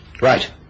Right